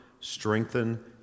strengthen